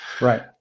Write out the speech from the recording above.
Right